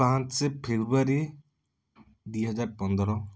ପାଞ୍ଚ ଫେବୃଆରୀ ଦୁଇ ହଜାର ପନ୍ଦର